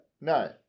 No